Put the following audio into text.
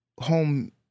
home